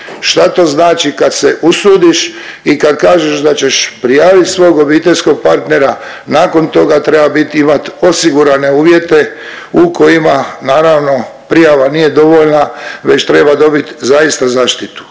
šta to znači kad se usudiš i kad kažeš da ćeš prijavit svog obiteljskog partnera, nakon toga treba bit imat osigurane uvjete u kojima naravno prijava nije dovoljna već treba dobit zaista zaštitu.